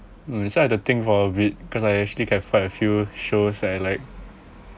mm beside the thing for a bit cause I actually have quite a few shows that I like